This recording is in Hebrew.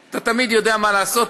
אתה תמיד יודע מה לעשות,